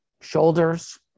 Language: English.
shoulders